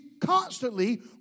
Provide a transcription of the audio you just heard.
constantly